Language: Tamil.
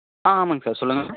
ஆ ஆமாம்ங்க சார் சொல்லுங்கள்